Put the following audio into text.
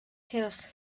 cylch